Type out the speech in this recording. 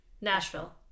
Nashville